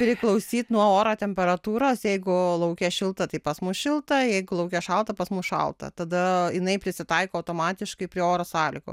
priklausyt nuo oro temperatūros jeigu lauke šilta tai pas mus šilta jeigu lauke šalta pas mus šalta tada jinai prisitaiko automatiškai prie oro sąlygų